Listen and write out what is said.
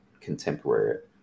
contemporary